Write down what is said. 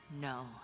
no